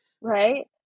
right